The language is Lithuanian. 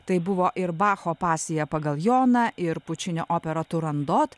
tai buvo ir bacho pasiją pagal joną ir pučinio opera turandot